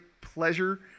pleasure